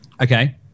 okay